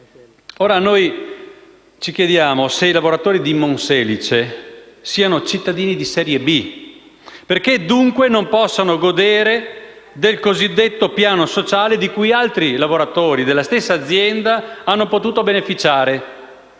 Ora noi ci chiediamo se i lavoratori di Monselice siano cittadini di serie B, perché non possano godere del cosiddetto piano sociale di cui altri lavoratori della stessa azienda hanno potuto beneficiare.